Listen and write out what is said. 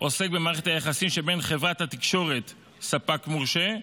עוסק במערכת היחסים שבין חברת התקשורת, ספק מורשה,